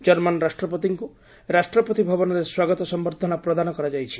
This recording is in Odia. ଜର୍ମାନ ରାଷ୍ଟ୍ରପତିଙ୍କୁ ରାଷ୍ଟ୍ରପତି ଭବନରେ ସ୍ୱାଗତ ସମ୍ଭର୍ଦ୍ଧନା ପ୍ରଦାନ କରାଯାଇଛି